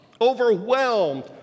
overwhelmed